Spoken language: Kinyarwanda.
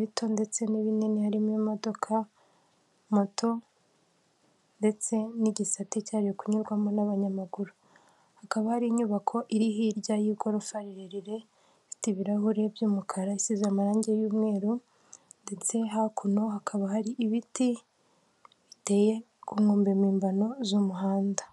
bito ndetse n'ibinini, harimo imodoka, moto ndetse n'igisate cyari kunyurwamo n'abanyamaguru, hakaba ari inyubako iri hirya y'igorofa rirerire, ifite ibirahure by'umukara, isize amarangi y'umweru, ndetse hakuno hakaba hari ibiti biteye ku nkombe mpimbano z'umuhanda.